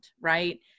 right